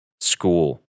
School